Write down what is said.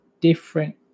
different